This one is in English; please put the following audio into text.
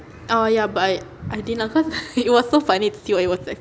uh ya but I I didn't lah cause it was so funny to see what he was texting